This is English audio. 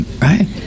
Right